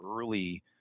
early